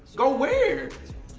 go where?